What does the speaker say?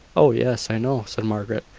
oh, yes! i know, said margaret.